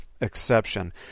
exception